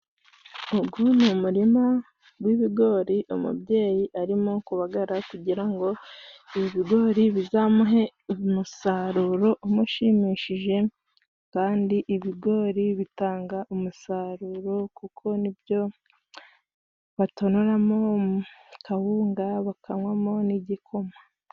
Ugu ni umurima w'ibigori umubyeyi arimo kubagara kugira ngo ibigori bizamuhe umusaruro umushimishije, kandi ibigori bitanga umusaruro kuko ni byo batonoramo kawunga bakanywamo n'igikoma.